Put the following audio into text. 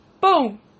Boom